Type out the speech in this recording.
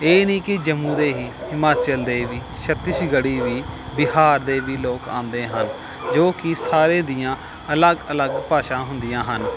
ਇਹ ਨਹੀਂ ਕਿ ਜੰਮੂ ਦੇ ਹੀ ਹਿਮਾਚਲ ਦੇ ਵੀ ਛੱਤੀਸਗੜ੍ਹੀ ਵੀ ਬਿਹਾਰ ਦੇ ਵੀ ਲੋਕ ਆਉਂਦੇ ਹਨ ਜੋ ਕਿ ਸਾਰਿਆਂ ਦੀਆਂ ਅਲੱਗ ਅਲੱਗ ਭਾਸ਼ਾਵਾਂ ਹੁੰਦੀਆਂ ਹਨ